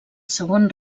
segon